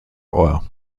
oil